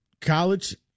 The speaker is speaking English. College